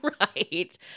right